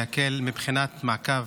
להקל מבחינת מעקב